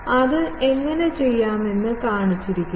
അത് എങ്ങനെ ചെയ്യാമെന്ന് കാണിച്ചിരിക്കുന്നു